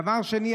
דבר שני,